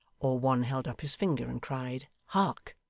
or one held up his finger and cried hark!